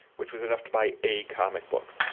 which was enough to buy a comic book.